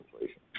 inflation